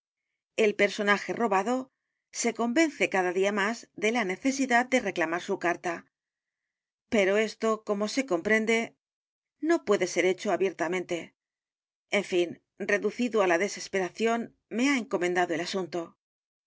el personaje robado se convence cada día m á s de la necesidad de reclamar su carta pero esto como se comprende no edgar poe novelas y cuentos p u e d e ser hecho abiertamente en fin reducido á la desesperación me lía encomendado el asunto